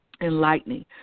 enlightening